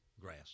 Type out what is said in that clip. grass